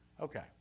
Okay